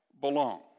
belong